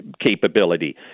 capability